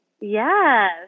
Yes